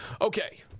Okay